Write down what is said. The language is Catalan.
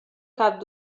cap